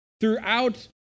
throughout